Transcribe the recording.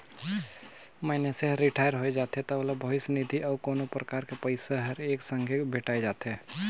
मइनसे हर रिटायर होय जाथे त ओला भविस्य निधि अउ कोनो परकार के पइसा हर एके संघे भेंठाय जाथे